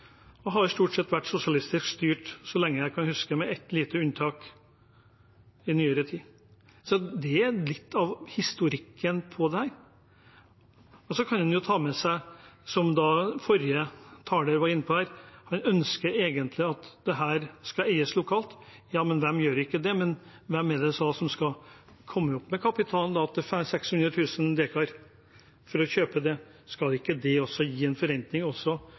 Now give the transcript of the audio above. og før det SV-styrt. Den har vært sosialistisk styrt så lenge jeg kan huske, med et lite unntak i nyere tid. Det er litt av historikken bak dette. Så kan en jo ta med seg, som en tidligere taler var inne på, at man egentlig ønsker at dette skal eies lokalt. Ja, hvem gjør ikke det, men hvem er det da som skal komme opp med kapital for å kjøpe 600 000 dekar? Skal ikke det gi en forenkling også